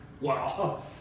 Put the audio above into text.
Wow